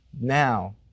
now